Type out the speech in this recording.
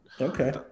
Okay